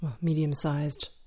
medium-sized